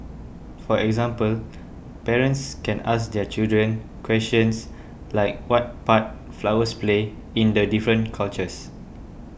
for example parents can ask their children questions like what part flowers play in the different cultures